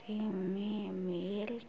creme milk